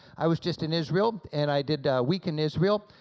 i was just in israel and i did a week in israel,